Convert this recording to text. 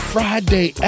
Friday